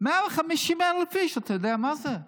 מעל 150 איש, אתה יודע מה זה?